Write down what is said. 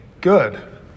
good